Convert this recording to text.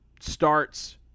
starts